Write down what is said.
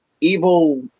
evil